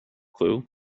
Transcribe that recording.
clue